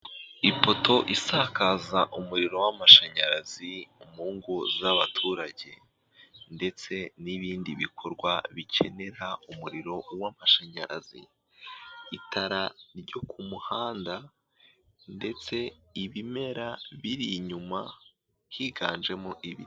Ipoto isakaza umuriro w'amashanyarazi mu ngo z'abaturage ndetse nibindi bikorwa bikenera umuriro w'amashanyarazi, itara ryo ku muhanda ndetse ibimera biri inyuma higanjemo ibiti.